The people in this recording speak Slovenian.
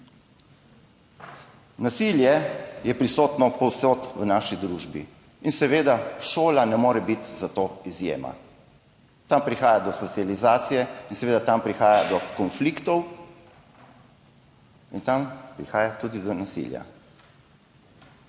Nasilje je prisotno povsod v naši družbi in seveda šola ne more biti izjema. Tam prihaja do socializacije in seveda tam prihaja do konfliktov in tam prihaja tudi do nasilja.